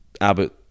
Abbott